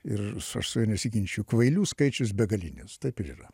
ir aš su juo nesiginčiju kvailių skaičius begalinis taip ir yra